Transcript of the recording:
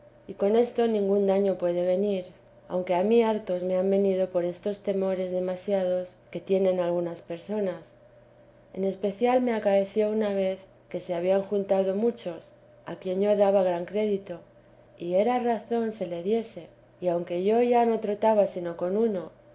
y con esto ningún daño puede venir aunque a mí hartos me han venido por estos temores demasiados que tienen algunas personas en especial me acaecióuna vez que se habían juntado muchos a quien yo daba gran crédito y era razón se le diese que aunque yo ya no trataba sino con uno